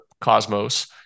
cosmos